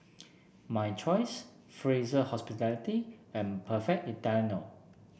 My Choice Fraser Hospitality and Perfect Italiano